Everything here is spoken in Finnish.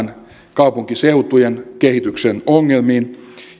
kaupunkiseutujen kehityksen ongelmiin